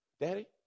daddy